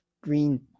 green